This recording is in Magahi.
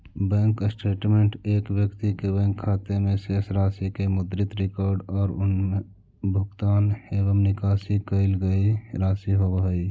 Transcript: बैंक स्टेटमेंट एक व्यक्ति के बैंक खाते में शेष राशि के मुद्रित रिकॉर्ड और उमें भुगतान एवं निकाशी कईल गई राशि होव हइ